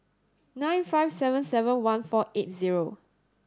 nine five seven seven one four eight zero